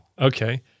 Okay